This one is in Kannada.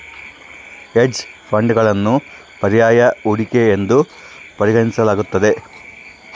ಹೆಡ್ಜ್ ಫಂಡ್ಗಳನ್ನು ಪರ್ಯಾಯ ಹೂಡಿಕೆ ಎಂದು ಪರಿಗಣಿಸಲಾಗ್ತತೆ